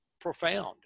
profound